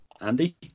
Andy